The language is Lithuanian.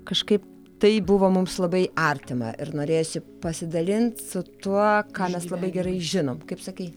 kažkaip tai buvo mums labai artima ir norėsiu pasidalinti su tuo ką mes labai gerai žinom kaip sakai